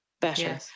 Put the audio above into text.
better